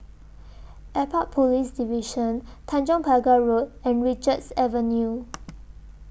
Airport Police Division Tanjong Pagar Road and Richards Avenue